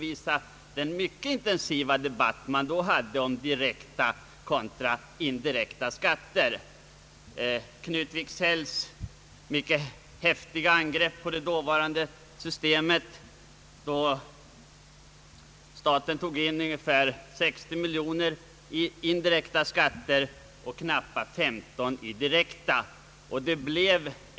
Knut Wicksell angrep då mycket häftigt det dåvarande systemet, när staten tog in ungefär 60 miljoner kronor i indirekta skatter och knappa 15 miljoner kronor i direkta skatter.